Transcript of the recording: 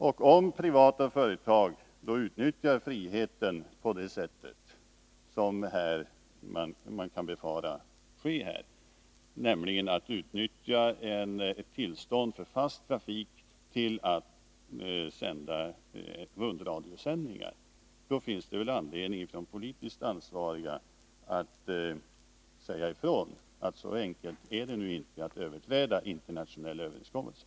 Om privata företag utnyttjar friheten på det sätt som kan befaras, nämligen att företagen utnyttjar tillstånd för fast trafik till att ordna rundradiosändningar, finns det väl anledning för de politiskt ansvariga att säga ifrån att det nu inte är så enkelt att överträda internationella överenskommelser.